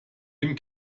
dem